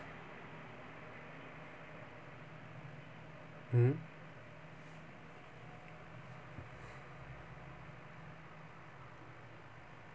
hmm